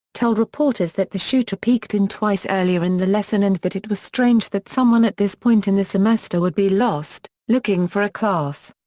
told reporters that the shooter peeked in twice earlier in the lesson and that it was strange that someone at this point in the semester would be lost, looking for a class.